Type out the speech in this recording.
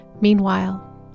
Meanwhile